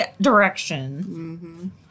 direction